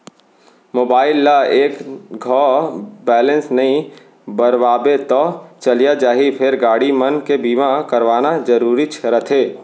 mobile ल एक घौं बैलेंस नइ भरवाबे तौ चलियो जाही फेर गाड़ी मन के बीमा करवाना जरूरीच रथे